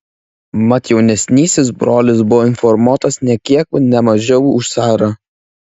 mat jaunesnysis brolis buvo informuotas nė kiek ne mažiau už carą